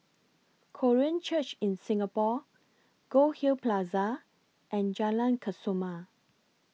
Korean Church in Singapore Goldhill Plaza and Jalan Kesoma